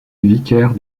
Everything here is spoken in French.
vicaire